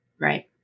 Right